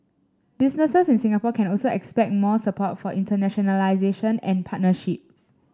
businesses in Singapore can also expect more support for internationalisation and partnerships